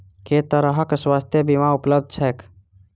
केँ तरहक स्वास्थ्य बीमा उपलब्ध छैक?